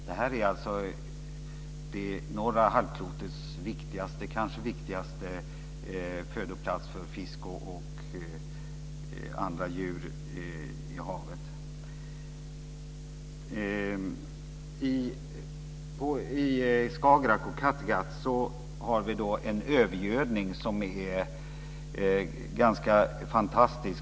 Det här är det norra halvklotets kanske viktigaste födoplats för fisk och andra djur i havet. I Skagerrak och Kattegatt har vi en övergödning som är ganska enorm.